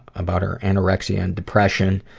about her anorexia and depression,